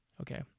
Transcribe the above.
okay